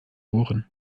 ohren